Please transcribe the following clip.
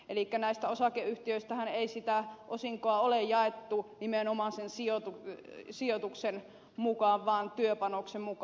elikkä näistä osakeyhtiöistähän ei sitä osinkoa ole jaettu nimenomaan sen sijoituksen mukaan vaan työpanoksen mukaan